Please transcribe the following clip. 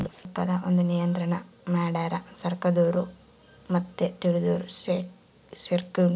ರೊಕ್ಕದ್ ಒಂದ್ ನಿಯಂತ್ರಣ ಮಡ್ಯಾರ್ ಸರ್ಕಾರದೊರು ಮತ್ತೆ ತಿಳ್ದೊರು ಸೆರ್ಕೊಂಡು